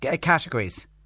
categories